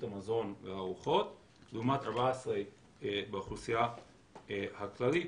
המזון והארוחות לעומת 14% באוכלוסייה הכללית.